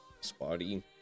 spotty